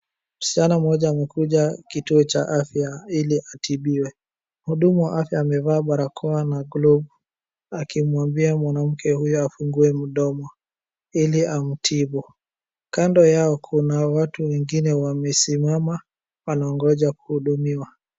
Msichana mmoja amekuja kituo cha afya ili atibiwe. Mhudumu wa afya amevaa barakoa na Glove akimuabia mwanamke huyo afungue mdomo ili amtibu. Kando yao kuna watu wengine wamesimama wanaogoja kuhudumiwa.